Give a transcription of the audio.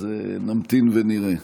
אז נמתין ונראה.